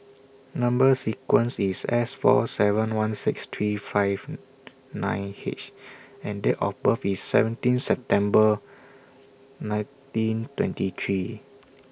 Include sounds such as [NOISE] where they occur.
Number sequence IS S four seven one six three five [HESITATION] nine H and Date of birth IS seventeen September nineteen twenty three